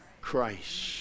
Christ